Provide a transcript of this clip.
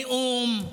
נאום,